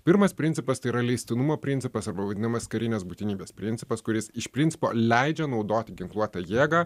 pirmas principas tai yra leistinumo principas arba vadinamas karinės būtinybės principas kuris iš principo leidžia naudoti ginkluotą jėgą